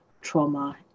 trauma